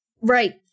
right